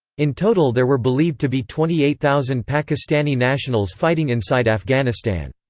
in total there were believed to be twenty eight thousand pakistani nationals fighting inside afghanistan.